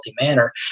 manner